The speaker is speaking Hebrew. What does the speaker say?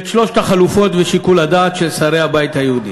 את שלוש החלופות ואת שיקול הדעת של שרי הבית היהודי.